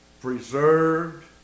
preserved